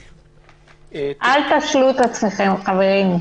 אל תשלו את עצמכם, חברים.